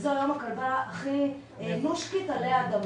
וזו היום הכלבה הכי 'מושקית' עלי אדמות.